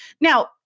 Now